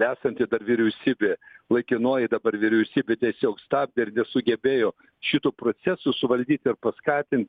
santi dar vyriausybė laikinoji dabar vyriausybė tiesiog stabdė ir nesugebėjo šitų procesų suvaldyt ir paskatint